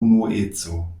unueco